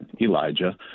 Elijah